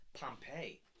Pompeii